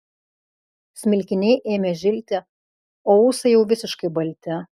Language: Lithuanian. smilkiniai ėmė žilti o ūsai jau visiškai balti